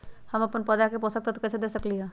हम अपन पौधा के पोषक तत्व कैसे दे सकली ह?